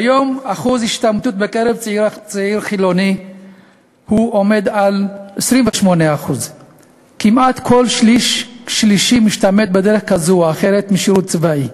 כיום אחוז ההשתמטות בקרב צעירים חילונים עומד על 28%. כמעט כל שלישי משתמט בדרך כזאת או אחרת משירות צבאי.